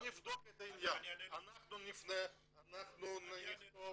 אנחנו נכתוב,